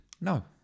No